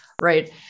right